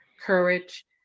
courage